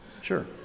Sure